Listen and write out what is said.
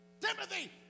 Timothy